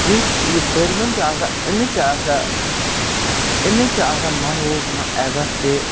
یُس یہِ پٔرۍوُن چھُ آسان أمِس چھِ آسان أمِس چھِ آسان ماحولَس منٛز عزت تہِ